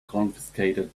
confiscated